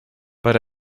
but